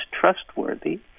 trustworthy